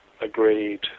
agreed